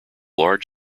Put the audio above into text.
large